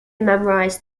memorised